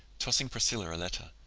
tossing priscilla a letter.